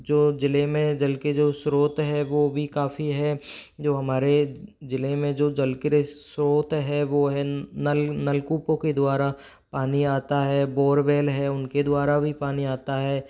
जो ज़िले में जल के जो स्रोत है वह भी काफ़ी है जो हमारे ज़िले में जो जल के स्रोत है वह है नल नलकूपो के द्वारा पानी आता है बोरवेल है उनके द्वारा भी पानी आता है